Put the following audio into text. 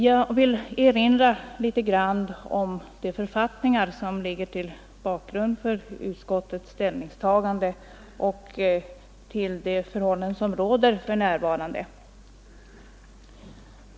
Jag vill erinra litet grand om de författningar som ligger till grund för utskottsmajoritetens ställningstagande och de förhållanden som råder för närvarande.